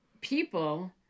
people